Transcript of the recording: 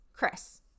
Chris